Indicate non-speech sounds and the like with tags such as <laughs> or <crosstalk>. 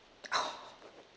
<laughs>